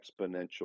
exponential